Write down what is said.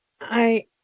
I-